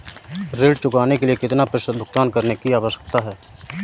ऋण चुकाने के लिए कितना प्रतिशत भुगतान करने की आवश्यकता है?